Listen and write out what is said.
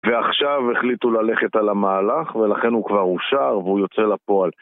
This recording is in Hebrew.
ועכשיו החליטו ללכת על המהלך ולכן הוא כבר אושר והוא יוצא לפועל